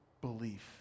belief